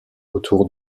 autour